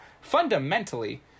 Fundamentally